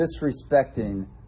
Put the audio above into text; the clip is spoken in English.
disrespecting